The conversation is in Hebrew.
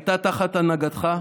הייתה תחת הנהגתך.